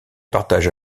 partage